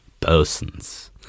persons